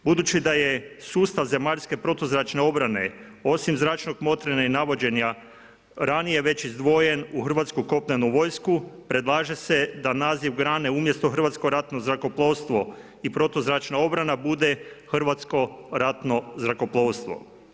Budući da je sustav zemaljske protuzračne obrane, osim zračnog motrenja i navođenja ranije već izdvojen u hrvatsku kopnenu vojsku, predlaže se da naziv „grane“ umjesto „Hrvatsko ratno zrakoplovstvo i protuzračna obrana“ bude „Hrvatsko ratno zrakoplovstvo“